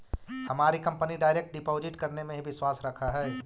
हमारी company direct deposit करने में ही विश्वास रखअ हई